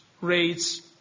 rates